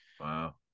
Wow